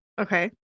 Okay